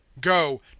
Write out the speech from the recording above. go